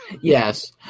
Yes